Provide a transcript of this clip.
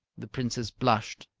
the princess blushed.